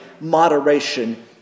moderation